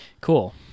Cool